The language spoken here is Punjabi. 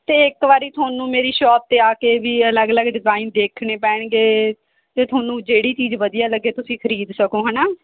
ਅਤੇ ਇੱਕ ਵਾਰੀ ਤੁਹਾਨੂੰ ਮੇਰੀ ਸ਼ੌਪ 'ਤੇ ਆ ਕੇ ਵੀ ਅਲੱਗ ਅਲੱਗ ਡਿਜ਼ਾਇਨ ਦੇਖਣੇ ਪੈਣਗੇ ਅਤੇ ਤੁਹਾਨੂੰ ਜਿਹੜੀ ਚੀਜ਼ ਵਧੀਆ ਲੱਗੇ ਤੁਸੀਂ ਖਰੀਦ ਸਕੋ ਹੈ ਨਾ